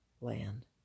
land